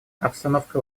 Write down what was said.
обстановка